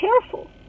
careful